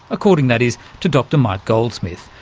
according that is to dr mike goldsmith,